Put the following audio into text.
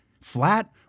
Flat